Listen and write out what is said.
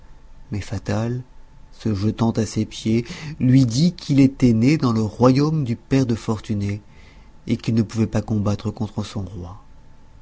mais fatal se jetant à ses pieds lui dit qu'il était né dans le royaume du père de fortuné et qu'il ne pouvait pas combattre contre son roi